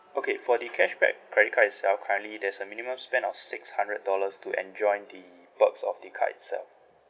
okay for the cashback credit card itself currently there's a minimum spend of six hundred dollars to enjoy the perks of the card itself